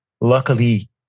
luckily